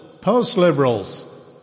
post-liberals